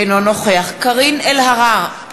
אינו נוכח קארין אלהרר,